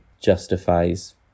justifies